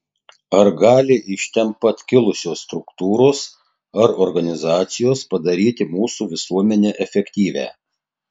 ar gali iš ten pat kilusios struktūros ar organizacijos padaryti mūsų visuomenę efektyvią